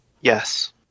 yes